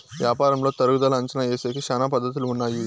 యాపారంలో తరుగుదల అంచనా ఏసేకి శ్యానా పద్ధతులు ఉన్నాయి